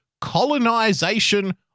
colonization